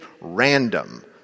random